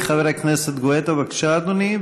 חבר הכנסת גואטה, בבקשה, אדוני.